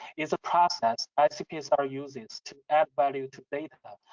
is the process icpsr uses to add value to data,